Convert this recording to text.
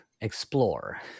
explore